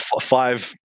five